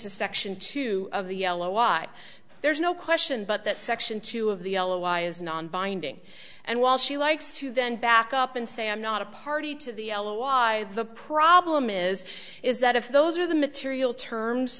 to section two of the yellow watch there's no question but that section two of the l a law is non binding and while she likes to then back up and say i'm not a party to the l a y the problem is is that if those are the material terms